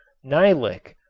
nylic,